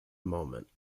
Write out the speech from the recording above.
moment